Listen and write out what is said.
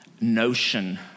notion